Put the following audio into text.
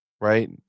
right